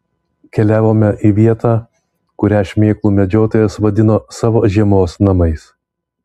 keliavome į vietą kurią šmėklų medžiotojas vadino savo žiemos namais